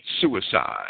suicide